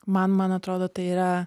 man man atrodo tai yra